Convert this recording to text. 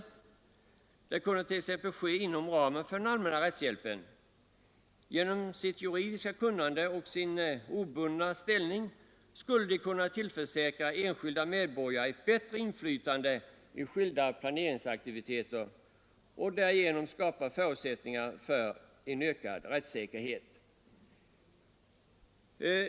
Det kunde t.ex. ske inom ramen för den allmänna rättshjälpen. Genom sitt juridiska kunnande och sin obundna ställning skulle de kunna tillförsäkra enskilda medborgare ett bättre inflytande i skilda planeringsaktiviteter och därigenom skapa förutsättningar för en ökad rättssäkerhet.